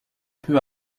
peu